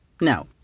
No